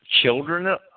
children